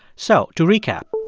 so to recap